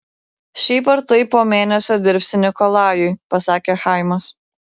šiaip ar taip po mėnesio dirbsi nikolajui pasakė chaimas